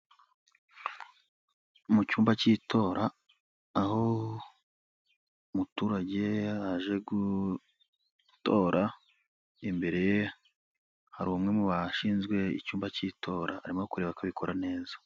Mu cyumba cy'itora aho umuturage aje gutora imbere hari umwe mu bashinzwe icyumba cy'itora arimo kureba ko abikora neza.